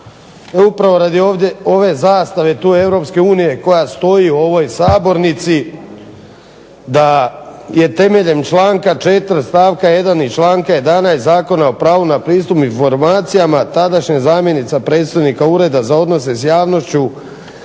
Upravo radi ove zastave tu EU koja stoji u ovoj sabornici da je temeljem članka 4. stavka 1. i članka 11. Zakona o pravu na pristup informacijama tadašnja zamjenica predstojnika Ureda za odnose sa javnošću